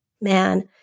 Man